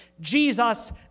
Jesus